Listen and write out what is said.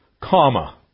comma